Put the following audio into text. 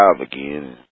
again